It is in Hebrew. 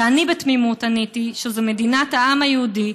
ואני בתמימות עניתי שזאת מדינת העם היהודי,